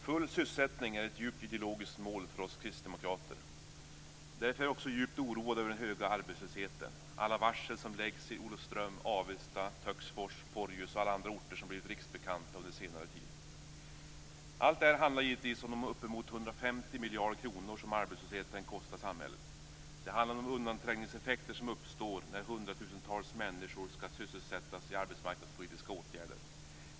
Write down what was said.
Full sysselsättning är ett djupt ideologiskt mål för oss kristdemokrater. Därför är vi djupt oroade över den höga arbetslösheten, alla varsel som läggs i Olofström, Avesta, Töcksfors, Porjus och alla andra orter som blivit riksbekanta under senare tid. Allt detta handlar givetvis om de uppemot 150 miljarder kronor som arbetslösheten kostar samhället. Det handlar om de undanträngningseffekter som uppstår när hundratusentals människor skall sysselsättas i arbetsmarknadspolitiska åtgärder.